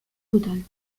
total